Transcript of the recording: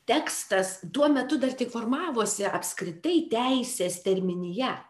tekstas tuo metu dar tik formavosi apskritai teisės terminija